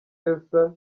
elsa